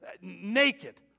naked